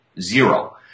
Zero